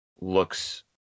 looks